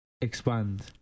Expand